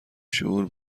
شعور